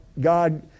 God